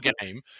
game